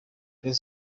rayon